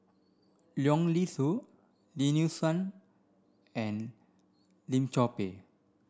Leong Yee Soo Lim Nee Soon and Lim Chor Pee